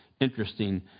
interesting